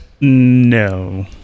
no